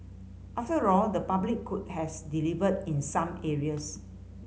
after all the public could has delivered in some areas